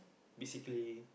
basically